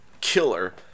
killer